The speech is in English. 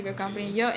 okay